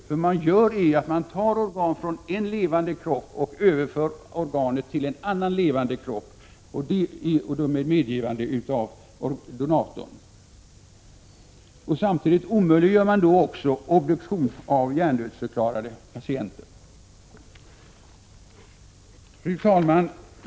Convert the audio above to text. Vad man gör är att ta organ från en levande kropp för att överföra det till en annan levande kropp och då med medgivande av donatorn. Samtidigt omöjliggör man också obduktion av hjärndödsförklarade patienter. Fru talman!